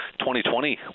2020